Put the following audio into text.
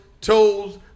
toes